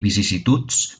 vicissituds